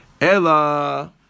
Ella